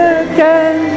again